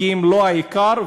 ולא בעיקר.